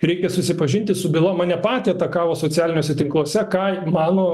reikia susipažinti su byla mane patį atakavo socialiniuose tinkluose ką mano